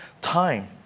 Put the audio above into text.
time